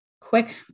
Quick